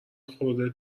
خورده